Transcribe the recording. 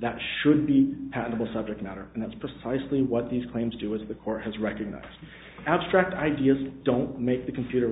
that should be patentable subject matter and that's precisely what these claims do as the court has recognized abstract ideas don't make the computer